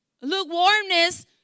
Lukewarmness